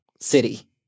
city